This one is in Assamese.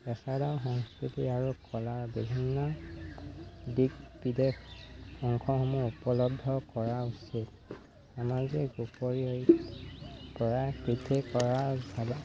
এচাইদাও সংস্কৃতি আৰু কলাৰ বিভিন্ন দিশ বিদেশ অংশসমূহ উপলব্ধ কৰা উচিত আমাৰ যে গোপৰি পৰা বিশেষ কৰাৰ ভালে